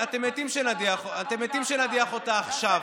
אתם מתים שנדיח אותה עכשיו.